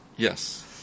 Yes